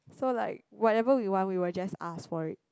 so like whatever we want we will just ask for it